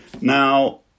Now